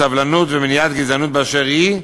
סובלנות ומניעת גזענות באשר היא,